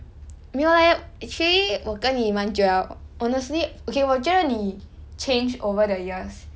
没有 leh actually 我跟你蛮久 liao honestly okay 我觉得你 changed over the years